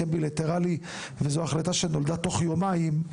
בילטרלי; זו החלטה שנולדה תוך יומיים.